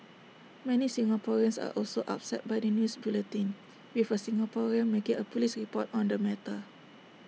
many Singaporeans are also upset by the news bulletin with A Singaporean making A Police report on the matter